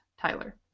Tyler